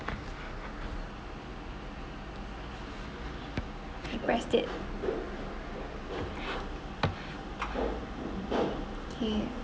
you press it okay